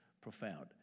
profound